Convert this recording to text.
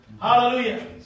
Hallelujah